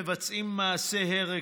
מבצעים מעשי הרג,